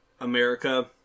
America